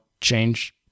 change